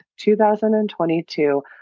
2022